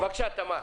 בבקשה, תמר.